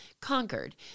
conquered